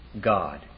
God